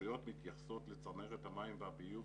שרשויות מתייחסות לצנרת המים והביוב